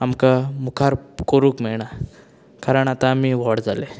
आमकां मुखार करूंक मेळना कारण आतां आमी व्हड जालें